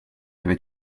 avait